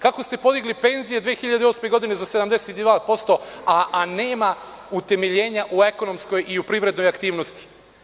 Kako ste podigli penzije 2008. godine za 72%, a nema utemeljenja u ekonomskoj i u privrednoj aktivnosti?